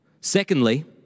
Secondly